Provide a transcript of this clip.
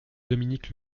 dominique